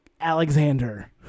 Alexander